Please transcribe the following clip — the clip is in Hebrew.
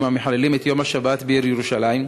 המחללים את יום השבת בעיר ירושלים,